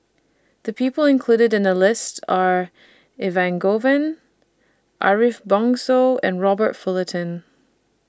The People included in The list Are Elangovan Ariff Bongso and Robert Fullerton